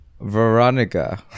Veronica